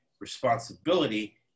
responsibility